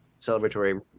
celebratory